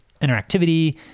interactivity